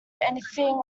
anything